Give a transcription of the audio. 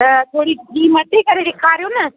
त थोरी ॿीं मथे करे ॾेखारियो न